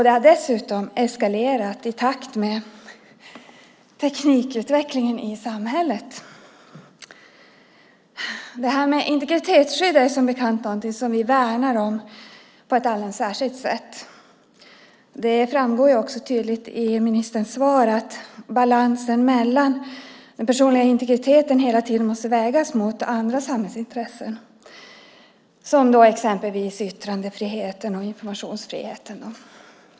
Det har dessutom eskalerat i takt med teknikutvecklingen i samhället. Det här med integritetsskydd är som bekant något vi värnar om på ett alldeles särskilt sätt. Det framgår också tydligt i ministerns svar att den personliga integriteten hela tiden måste vägas mot andra samhällsintressen som exempelvis yttrande och informationsfriheten.